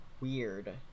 weird